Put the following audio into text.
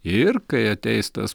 ir kai ateis tas